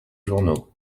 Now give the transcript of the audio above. journaux